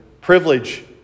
privilege